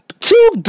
Two